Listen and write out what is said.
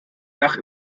dach